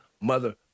mother